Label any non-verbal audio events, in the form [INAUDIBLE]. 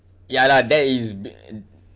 ya lah that is [NOISE]